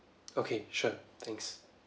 okay sure thanks